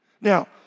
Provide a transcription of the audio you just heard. Now